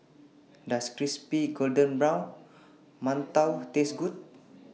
Does Crispy Golden Brown mantou Taste Good